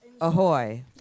Ahoy